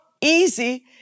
easy